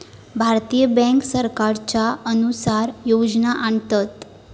भारतीय बॅन्क सरकारच्या अनुसार योजना आणतत